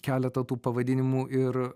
keletą tų pavadinimų ir